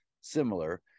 similar